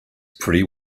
pretty